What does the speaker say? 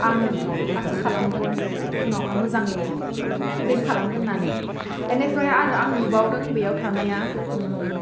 आङो आसा खालामदों उनावहा मोजाङै प्रिन्ट खालामगोन होन्नानै एनेफ्राय आरो आं नुबावदों बेयाव थानाया